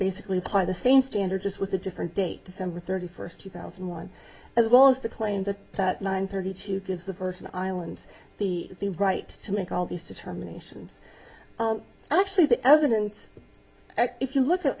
basically par the same standard just with a different date december thirty first two thousand and one as well as to claim that that nine thirty two gives the person islands the right to make all these determinations actually the evidence if you look